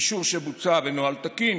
אישור שבוצע בנוהל תקין